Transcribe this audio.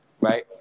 right